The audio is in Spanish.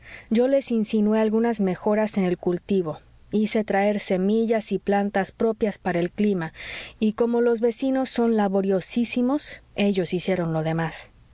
yo les insinué algunas mejoras en el cultivo hice traer semillas y plantas propias para el clima y como los vecinos son laboriosísimos ellos hicieron lo demás